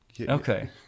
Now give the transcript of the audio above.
Okay